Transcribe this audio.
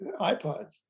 iPods